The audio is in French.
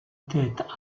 tête